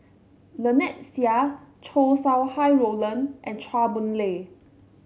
Lynnette Seah Chow Sau Hai Roland and Chua Boon Lay